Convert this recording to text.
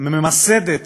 ממסדת